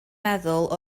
meddwl